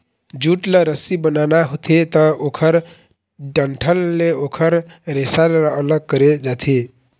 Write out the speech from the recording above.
jute ल रस्सी बनाना होथे त ओखर डंठल ले ओखर रेसा ल अलग करे जाथे